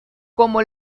como